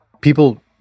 People